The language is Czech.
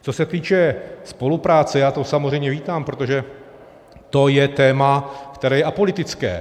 Co se týče spolupráce, já to samozřejmě vítám, protože to je téma, které je apolitické.